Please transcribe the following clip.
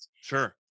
Sure